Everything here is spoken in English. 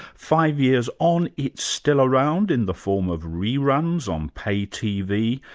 five years on, it's still around in the form of re-runs on pay-tv,